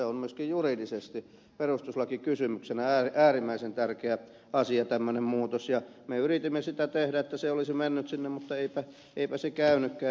on myöskin juridisesti perustuslakikysymyksenä äärimmäisen tärkeä asia tämmöinen muutos ja me yritimme sitä tehdä että se olisi mennyt sinne mutta eipä se käynytkään